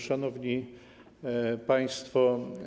Szanowni Państwo!